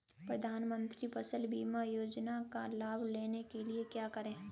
प्रधानमंत्री फसल बीमा योजना का लाभ लेने के लिए क्या करें?